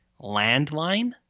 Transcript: landline